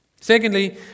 Secondly